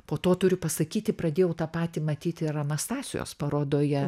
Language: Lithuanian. po to turiu pasakyti pradėjau tą patį matyti ir anastasijos parodoje